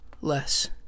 less